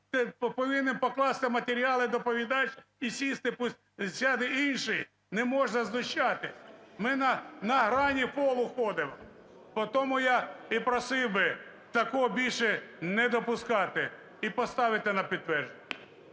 повинен покласти матеріали доповідач і сісти, пусть сяде інший. Не можна знущатись. Ми на грані фолу ходимо. Тому я і просив би такого більше не допускати і поставити на підтвердження.